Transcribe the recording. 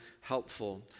helpful